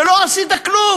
לא עשית כלום,